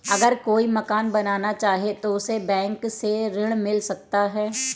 अगर कोई मकान बनाना चाहे तो उसे बैंक से ऋण मिल सकता है?